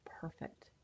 perfect